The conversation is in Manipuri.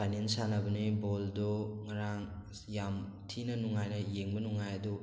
ꯐꯥꯏꯅꯦꯜ ꯁꯥꯟꯅꯕꯅꯤ ꯕꯣꯜꯗꯨ ꯉꯔꯥꯡ ꯌꯥꯝ ꯊꯤꯅ ꯌꯦꯡꯕ ꯅꯨꯡꯉꯥꯏ ꯑꯗꯨ